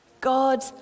God